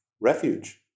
refuge